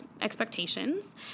expectations